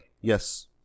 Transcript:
Yes